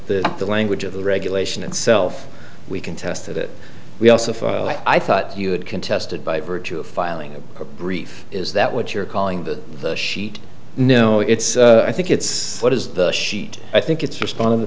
the the language of the regulation itself we contested it we also i thought you had contested by virtue of filing a brief is that what you're calling the the sheet no it's i think it's what is the sheet i think it's